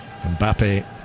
Mbappe